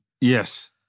Yes